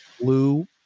Blue